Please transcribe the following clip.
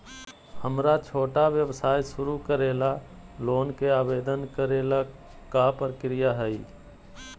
हमरा छोटा व्यवसाय शुरू करे ला के लोन के आवेदन करे ल का प्रक्रिया हई?